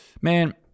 man